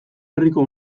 herriko